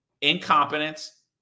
Incompetence